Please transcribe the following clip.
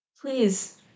Please